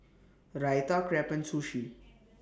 Raita Crepe and Sushi